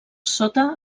sota